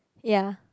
ya